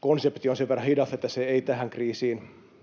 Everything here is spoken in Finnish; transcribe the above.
konsepti on sen verran hidas, että se ei tähän kriisiin